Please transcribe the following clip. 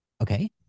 Okay